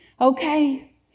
okay